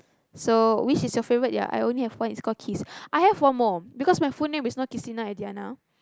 so which is your favourite ya I only have one is call Qis I have one more because my full name is you know Qistina-Adiana